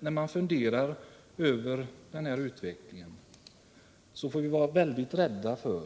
När vi funderar över denna utveckling, måste vi akta oss väldigt noga för